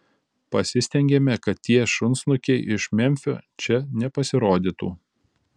pasistengėme kad tie šunsnukiai iš memfio čia nepasirodytų